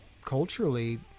culturally